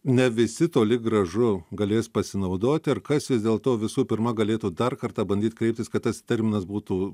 ne visi toli gražu galės pasinaudoti ir kas vis dėlto visų pirma galėtų dar kartą bandyt kreiptis kad tas terminas būtų